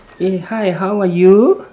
eh hi how are you